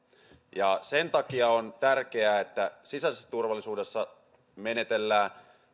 ja sen takia on tärkeää että sisäisessä turvallisuudessa täällä menetellään